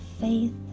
faith